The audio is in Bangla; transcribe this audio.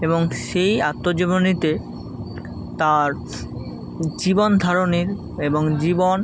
এবং সেই আত্মজীবনীতে তার জীবন ধারনের এবং জীবন